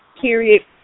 period